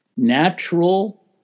natural